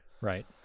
Right